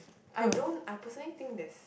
I don't I personally think there's